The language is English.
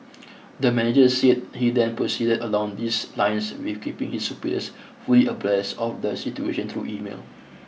the manager said he then proceeded along these lines with keeping his superiors fully abreast of the situation through email